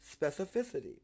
specificity